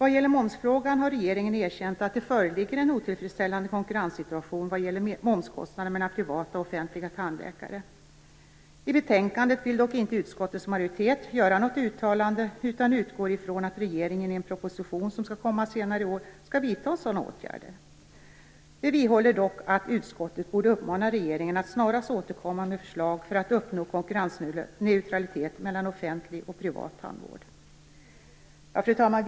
I momsfrågan har regeringen erkänt att det föreligger en otillfredsställande konkurrenssituation vad gäller momskostnader mellan privata och offentliga tandläkare. I betänkandet vill dock inte utskottets majoritet göra något uttalande utan utgår ifrån att regeringen i en proposition som skall komma senare i år skall vidta sådana åtgärder. Vi vidhåller dock att utskottet borde uppmana regeringen att snarast återkomma med förslag för att uppnå konkurrensneutralitet mellan offentlig och privat tandvård. Fru talman!